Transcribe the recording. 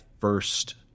first